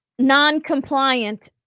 non-compliant